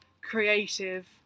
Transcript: creative